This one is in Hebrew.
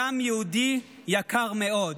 דם יהודי יקר מאוד.